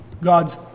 God's